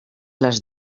les